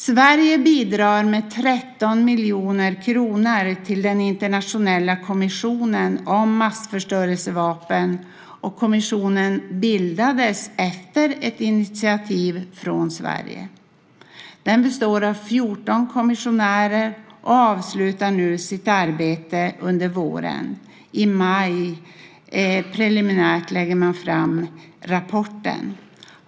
Sverige bidrar med 13 miljoner kronor till den internationella kommissionen om massförstörelsevapen, och kommissionen bildades efter ett initiativ från Sverige. Den består av 14 kommissionärer och avslutar nu sitt arbete under våren. I maj, preliminärt, lägger man fram rapporten.